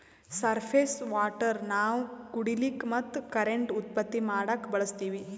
surface water ನಾವ್ ಕುಡಿಲಿಕ್ಕ ಮತ್ತ್ ಕರೆಂಟ್ ಉತ್ಪತ್ತಿ ಮಾಡಕ್ಕಾ ಬಳಸ್ತೀವಿ